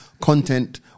content